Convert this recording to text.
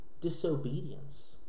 disobedience